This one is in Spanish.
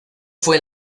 fue